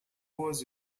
was